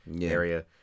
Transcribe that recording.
area